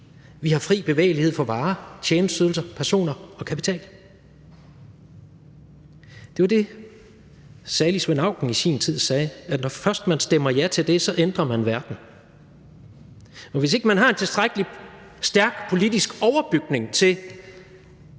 vi har fri bevægelighed for varer, tjenesteydelser, personer og kapital. Det er jo det, som salig Svend Auken i sin tid sagde: Når først man stemmer ja til det, ændrer man verden. Men hvis ikke man har en tilstrækkelig stærk politisk overbygning til